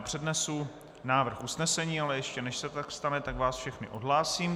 Přednesu návrh usnesení, ale ještě než se tak stane, tak vás všechny odhlásím.